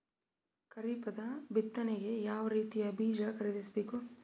ಖರೀಪದ ಬಿತ್ತನೆಗೆ ಯಾವ್ ರೀತಿಯ ಬೀಜ ಖರೀದಿಸ ಬೇಕು?